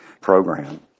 program